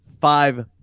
five